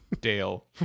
Dale